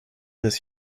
des